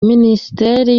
minisiteri